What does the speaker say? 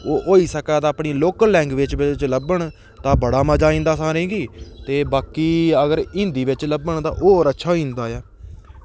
होई सकै ते अपनी लोकल लैंगवेज़ च लब्भन तां बड़ा मज़ा आई जंदा सारें गी ते बाकी हिंदी बिच लब्भन ते होर अच्छा होई जंदा